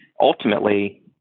ultimately